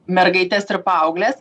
mergaites ir paaugles